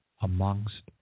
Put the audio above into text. amongst